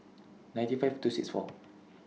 ninety five two six four